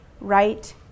right